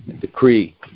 decree